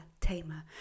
tamer